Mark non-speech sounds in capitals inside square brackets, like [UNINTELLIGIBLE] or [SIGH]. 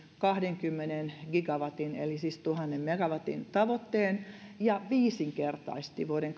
kahdenkymmenen gigawatin eli gigawatti on siis tuhat megawattia tavoitteen [UNINTELLIGIBLE] ja viisinkertaisti vuoden [UNINTELLIGIBLE]